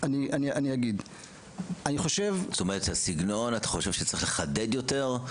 אני חושב --- אתה חושב שצריך לחדד יותר את המסר?